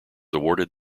awarded